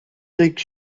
take